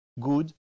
good